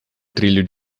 trilho